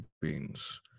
beans